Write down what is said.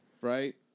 Right